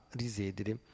risiedere